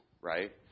right